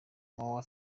more